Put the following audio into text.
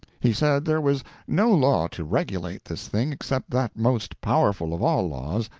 he said there was no law to regulate this thing, except that most powerful of all laws,